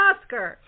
Oscar